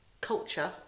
culture